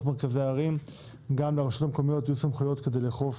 מרכזי הערים גם לרשויות המקומיות יהיו סמכויות כדי לאכוף